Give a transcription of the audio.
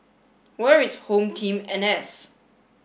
where is home team N S